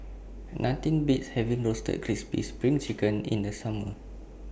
Nothing Beats having Roasted Crispy SPRING Chicken in The Summer